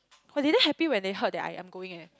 oh they damn happy when they heard that I'm going eh